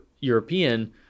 European